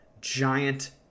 Giant